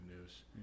news